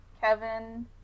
Kevin